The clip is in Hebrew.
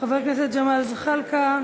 חבר הכנסת ג'מאל זחאלקה.